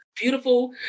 beautiful